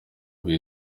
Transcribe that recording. hari